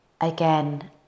again